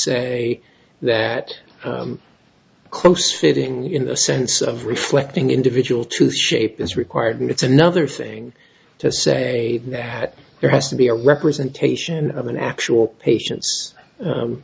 say that close fitting in the sense of reflecting individual to shape is required and it's another thing to say that there has to be a representation of an actual patient